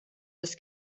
das